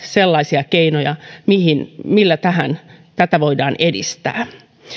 sellaisia keinoja millä tätä voidaan edistää